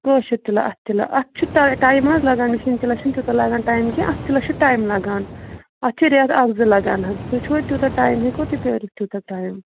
کٲشُر تِلہٕ اَتھٕ تِلہٕ اَتھ چھُ ٹای ٹایم حظ لگان مِشیٖن تِلَس چھُنہٕ تیٛوٗتاہ لَگان ٹایم کیٚنٛہہ اَتھٕ تِلَس چھُ ٹایِم لَگان اَتھ چھِ رٮ۪تھ اَکھ زٕ لگان حظ تُہۍ چھُوا تیٛوٗتاہ ٹایِم ہیٚکوا تُہۍ پرٛٲرِتھ تیٛوٗتاہ ٹایِم